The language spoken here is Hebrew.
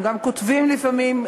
הם גם כותבים לפעמים,